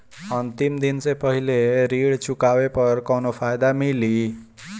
अंतिम दिन से पहले ऋण चुकाने पर कौनो फायदा मिली?